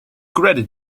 credit